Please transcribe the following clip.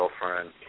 girlfriend